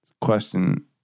question